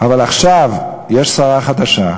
אבל עכשיו יש שרה חדשה,